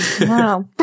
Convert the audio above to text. Wow